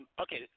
Okay